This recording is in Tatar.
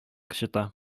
кычыта